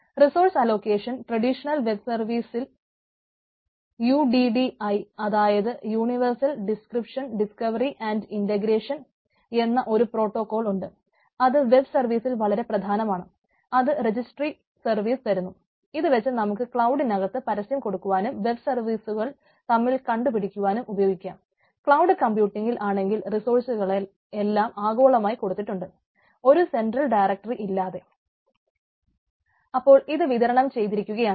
resource allocation ഇല്ലാതെ അപ്പോൾ ഇത് വിതരണം ചെയ്തിരിക്കുകയാണ്